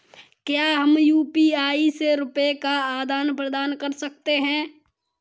क्या हम यू.पी.आई से रुपये का आदान प्रदान कर सकते हैं?